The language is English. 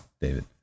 David